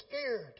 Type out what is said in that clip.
scared